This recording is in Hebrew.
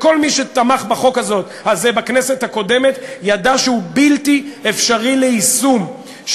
וכל מי שתמך בחוק הזה בכנסת הקודמת ידע שהוא בלתי אפשרי ליישום,